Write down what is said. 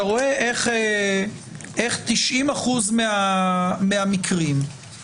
איפה מחריגים את התוספת השישית מהסיפור